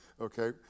okay